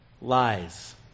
lies